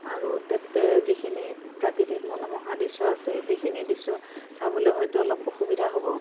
আৰু তাতে যিখিনি প্ৰাকৃতিক মনোমোহা দৃশ্য আছে সেইখিনি দৃশ্য চাবলৈ হয়তো অলপ অসুবিধা হ'ব